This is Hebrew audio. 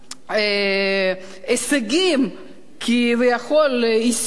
ההישגים שכביכול השיגו,